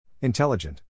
Intelligent